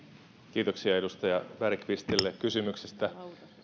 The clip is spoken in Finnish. kiitoksia edustaja bergqvistille kysymyksestä